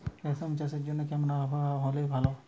রেশম চাষের জন্য কেমন আবহাওয়া হাওয়া হলে ভালো?